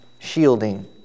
Shielding